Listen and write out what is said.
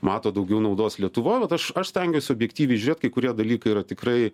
mato daugiau naudos lietuvoj vat aš aš stengiuos objektyviai žiūrėt kai kurie dalykai yra tikrai